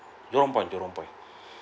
Jurong point Jurong point